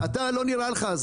לא נראה לך?